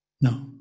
No